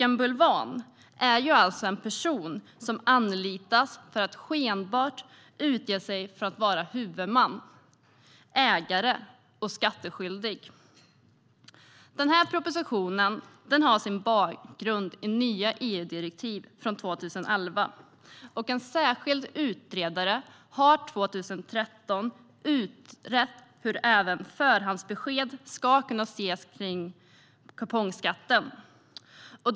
En bulvan är alltså en person som anlitas för att skenbart utge sig för att vara huvudman, ägare och skattskyldig. Propositionen har sin bakgrund i nya EU-direktiv från 2011. En särskild utredare har 2013 utrett hur även förhandsbesked ska kunna ges om kupongskatten.